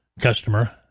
customer